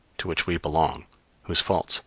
to which we belong whose faults,